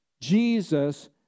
Jesus